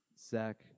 Zach